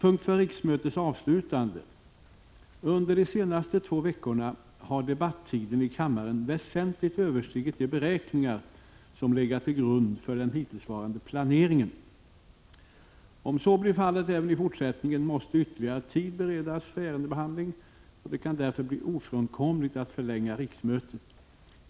Under de senaste två veckorna har debattiden i kammaren väsentligt överstigit de beräkningar som legat till grund för den hittillsvarande planeringen. Om så blir fallet även i fortsättningen måste ytterligare tid beredas för ärendebehandling, och det kan därför bli ofrånkomligt att förlänga riksmötet.